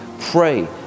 Pray